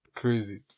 crazy